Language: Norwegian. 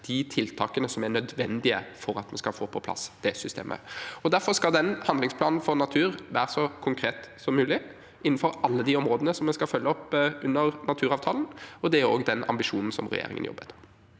de tiltakene som er nødvendige for at vi skal få på plass det systemet. Derfor skal den handlingsplanen for natur være så konkret som mulig, innenfor alle de områdene som vi skal følge opp under naturavtalen, og det er også den ambisjonen regjeringen jobber